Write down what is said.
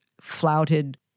flouted